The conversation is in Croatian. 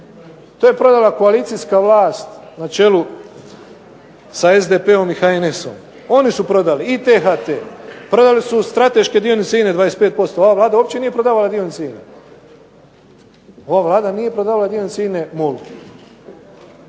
To je prodala koalicijska vlast na čelu sa SDP-om i HNS-om. Oni su prodali i THT, prodali su strateške dionice INA-e 25% ova Vlada uopće nije prodavala dionice INA-e MOL-u. Prodavali su i Plivu,